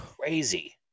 crazy